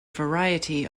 variety